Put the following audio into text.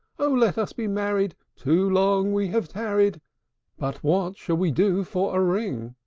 oh! let us be married too long we have tarried but what shall we do for a ring?